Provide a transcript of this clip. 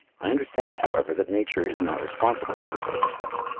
i understand, however, that nature is not responsible for this oversight.